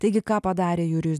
taigi ką padarė jurijus